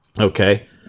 Okay